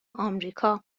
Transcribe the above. آمریکا